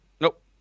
Nope